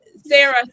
sarah